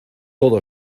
todo